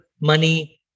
money